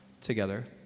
together